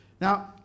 Now